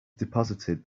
deposited